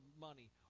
money